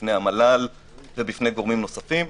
בפני המל"ל וגורמים נוספים.